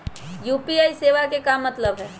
UPI सेवा के का मतलब है?